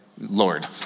Lord